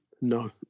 No